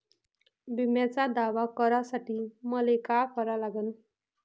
बिम्याचा दावा करा साठी मले का करा लागन?